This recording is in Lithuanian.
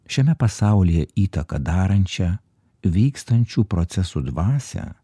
šiame pasaulyje įtaką darančią vykstančių procesų dvasią